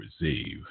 receive